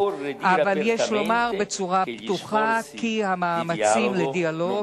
אבל יש לומר בצורה פתוחה כי המאמצים לדיאלוג